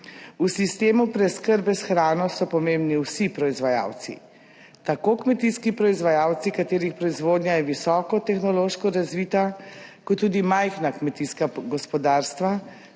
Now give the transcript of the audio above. V sistemu preskrbe s hrano so pomembni vsi proizvajalci, tako kmetijski proizvajalci, katerih proizvodnja je visoko tehnološko razvita, kot tudi majhna kmetijska gospodarstva,